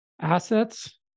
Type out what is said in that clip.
assets